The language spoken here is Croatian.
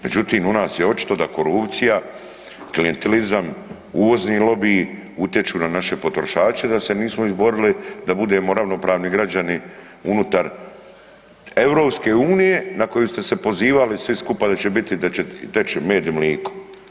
Međutim u nas je očito da korupcija, klijentelizam, uvozni lobiji utječu na naše potrošače da se nismo izborili da budemo ravnopravni građani unutar EU na koju ste se pozivali svi skupa da će biti i da će teći med i mliko.